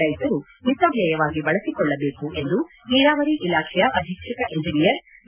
ರೈತರು ಮಿತವ್ಯಯವಾಗಿ ಬಳಸಿಕೊಳ್ಳಬೇಕು ಎಂದು ನೀರಾವರಿ ಇಲಾಖೆಯ ಅಧೀಕ್ಷಕ ಇಂಜಿನಿಯರ್ ಬಿ